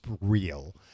real